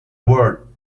word